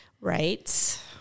Right